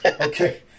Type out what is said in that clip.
Okay